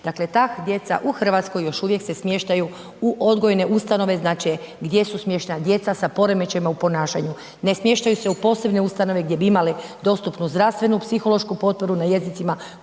Dakle, ta djeca u RH još uvijek se smještaju u odgojne ustanove, znači, gdje su smještena djeca sa poremećajima u ponašanju. Ne smještaju se u posebne ustanove gdje bi imali dostupnu zdravstvenu psihološku potporu na jezicima